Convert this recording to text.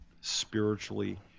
spiritually